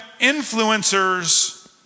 influencers